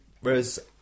whereas